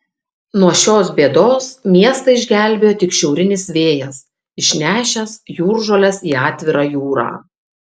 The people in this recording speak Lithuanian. nuo šios bėdos miestą išgelbėjo tik šiaurinis vėjas išnešęs jūržoles į atvirą jūrą